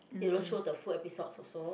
they don't show the full episodes also